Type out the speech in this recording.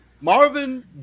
Marvin